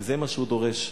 וזה מה שהוא דורש.